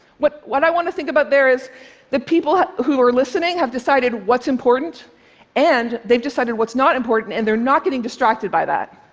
what what i want to think about there is the people who are listening have decided what's important and they've decided what's not important, and they're not getting distracted by that.